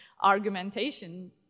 argumentation